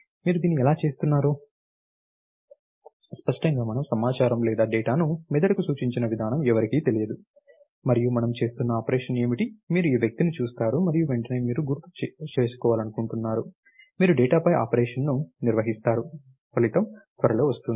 మీరు దీన్ని ఎలా చేస్తున్నారు స్పష్టంగా మనము సమాచారం లేదా డేటాను మెదడుకు సూచించిన విధానం ఎవరికీ తెలియదు మరియు మనము చేస్తున్న ఆపరేషన్ ఏమిటి మీరు ఈ వ్యక్తిని చూస్తారు మరియు వెంటనే మీరు గుర్తు చేసుకోవాలనుకుంటున్నారు మీరు డేటా పై ఆపరేషన్ నిర్వహిస్తారు ఫలితం త్వరలో వస్తుంది